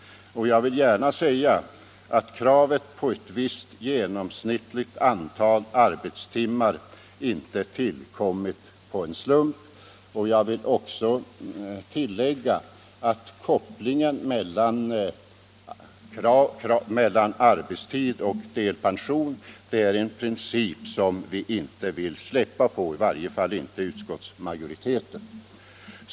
Jag vill gärna säga att kravet på ett visst genomsnittligt antal arbetstimmar inte tillkommit av en slump. Jag vill även tillägga att kopplingen arbetstid-delpension är en princip som i varje fall utskottsmajoriteten inte vill släppa.